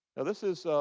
and this is